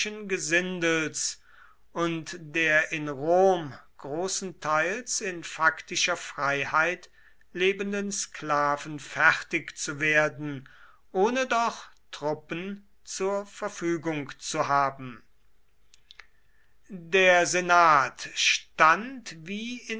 gesindels und der in rom großenteils in faktischer freiheit lebenden sklaven fertig zu werden ohne doch truppen zur verfügung zu haben der senat stand wie